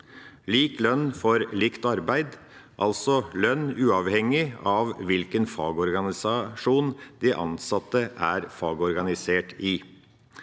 lik lønn for likt arbeid – altså lønn uavhengig av hvilken fagorganisasjon de ansatte er fagorganisert i.